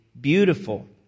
beautiful